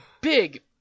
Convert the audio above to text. big